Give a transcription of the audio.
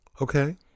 Okay